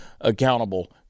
accountable